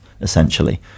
essentially